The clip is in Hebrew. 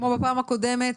כמו בפעם הקודמת,